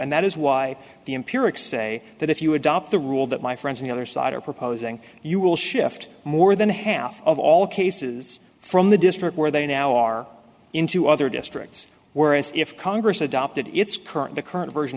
and that is why the empirics say that if you adopt the rule that my friends on the other side are proposing you will shift more than half of all cases from the district where they now are in to other districts whereas if congress adopted its current the current version